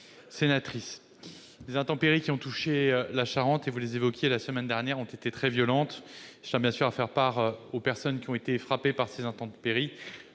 sénatrice, les intempéries qui ont touché la Charente la semaine dernière ont été très violentes. Je tiens bien sûr à faire part aux personnes qui ont été frappées par ces intempéries